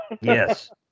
Yes